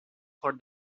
for